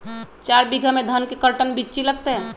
चार बीघा में धन के कर्टन बिच्ची लगतै?